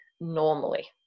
normally